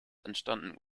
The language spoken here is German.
entstanden